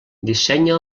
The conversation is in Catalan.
dissenya